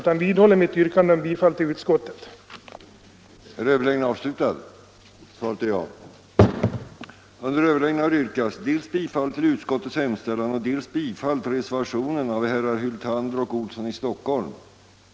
Jag vidhåller mitt yrkande om bifall till utskottets hemställan.